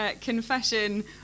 confession